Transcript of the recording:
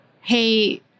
hey